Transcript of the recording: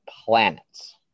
planets